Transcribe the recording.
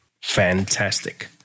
Fantastic